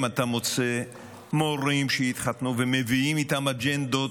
אתה מוצא מורים שהתחתנו ומביאים איתם אג'נדות